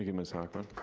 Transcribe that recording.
yeah miss hochman.